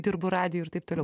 dirbu radijuj ir taip toliau